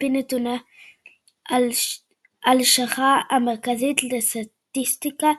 על־פי נתוני הלשכה המרכזית לסטטיסטיקה,